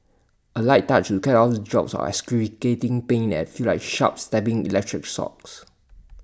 A light touch we can off jolts of excruciating pain that feel like sharp stabbing electric shocks